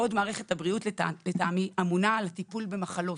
בעוד מערכת הבריאות לטעמי אמונה על טיפול במחלות,